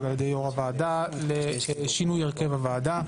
על ידי יושב ראש הוועדה לשינוי הרכב הוועדה,